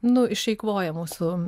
nu išeikvoja mūsų